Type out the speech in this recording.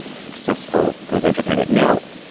successful presidential kind of? no,